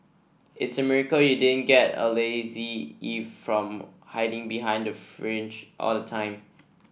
it's a miracle you didn't get a lazy from hiding behind the fringe all the time